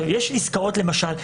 יש עסקאות למשל,